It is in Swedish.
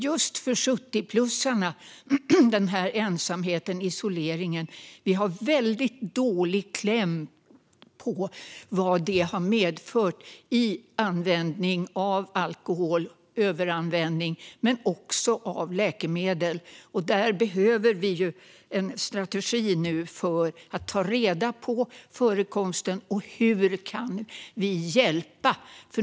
Just för 70-plussarna har vi väldigt dålig kläm på vad ensamheten och isoleringen har medfört i överanvändning av alkohol men också av läkemedel. Där behöver vi en strategi för att ta reda på förekomsten och hur vi kan hjälpa.